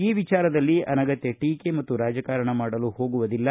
ಈ ವಿಚಾರದಲ್ಲಿ ಅನಗತ್ಯ ಟೀಕೆ ಮತ್ತು ರಾಜಕಾರಣ ಮಾಡಲು ಹೋಗುವುದಿಲ್ಲ